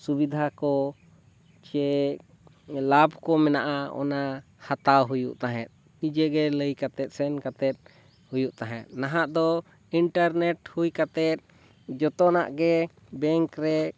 ᱥᱩᱵᱤᱫᱷᱟ ᱠᱚ ᱥᱮ ᱞᱟᱵᱷ ᱠᱚ ᱢᱮᱱᱟᱜᱼᱟ ᱚᱱᱟ ᱦᱟᱛᱟᱣ ᱦᱩᱭᱩᱜ ᱛᱟᱦᱮᱸᱫ ᱱᱤᱡᱮ ᱜᱮ ᱞᱟᱹᱭ ᱠᱟᱛᱮᱫ ᱥᱮᱱ ᱠᱟᱛᱮᱫ ᱦᱩᱭᱩᱜ ᱛᱟᱦᱮᱸᱫ ᱱᱟᱦᱟᱜ ᱫᱚ ᱤᱱᱴᱟᱨᱱᱮᱹᱴ ᱦᱩᱭ ᱠᱟᱛᱮᱫ ᱡᱚᱛᱚᱱᱟᱜ ᱜᱮ ᱵᱮᱝᱠ ᱨᱮ